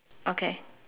okay